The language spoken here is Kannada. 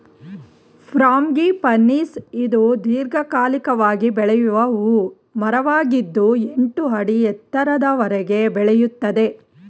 ಫ್ರಾಂಗಿಪನಿಸ್ ಇದು ದೀರ್ಘಕಾಲಿಕವಾಗಿ ಬೆಳೆಯುವ ಹೂ ಮರವಾಗಿದ್ದು ಎಂಟು ಅಡಿ ಎತ್ತರದವರೆಗೆ ಬೆಳೆಯುತ್ತದೆ